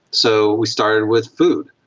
so we started with food.